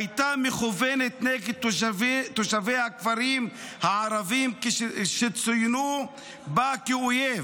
הייתה מכוונת נגד תושבי הכפרים הערביים שצוינו בה כאויב.